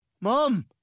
Mom